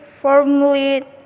formulate